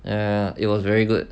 ya it was very good